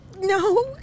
No